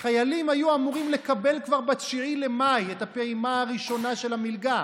החיילים היו אמורים לקבל כבר ב-9 במאי את הפעימה הראשונה של המלגה,